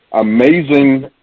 Amazing